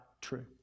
true